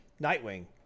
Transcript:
Nightwing